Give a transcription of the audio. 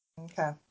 Okay